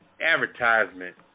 advertisement